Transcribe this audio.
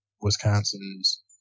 Wisconsin's